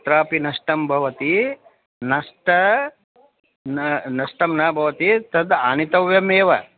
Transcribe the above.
कुत्रापि नष्टं भवति नष्टं न नष्टं न भवति तद् आनीतव्यमेव